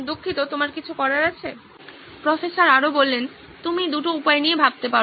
দুঃখিত তোমার কিছু করার আছে প্রফেসর তুমি দুটি উপায় নিয়ে ভাবতে পারো